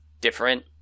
different